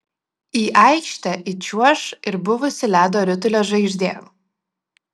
į aikštę įčiuoš ir buvusi ledo ritulio žvaigždė